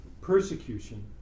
persecution